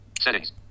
Settings